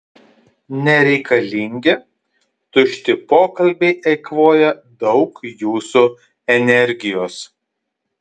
nereikalingi tušti pokalbiai eikvoja daug jūsų energijos